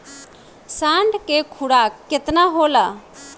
साँढ़ के खुराक केतना होला?